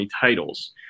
titles